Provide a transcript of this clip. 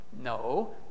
No